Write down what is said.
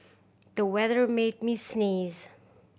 the weather made me sneeze